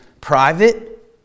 private